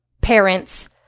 parents